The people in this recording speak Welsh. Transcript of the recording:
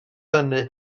hynny